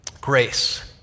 grace